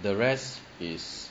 the rest is